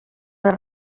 les